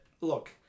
look